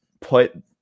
put